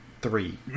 three